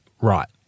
right